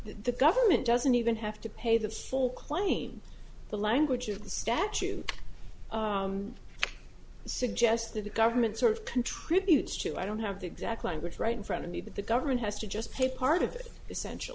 the government doesn't even have to pay the full claim the language of the statute suggests that the government sort of contributes to i don't have the exact language right in front of me but the government has to just pay part of the central